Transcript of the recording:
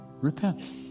repent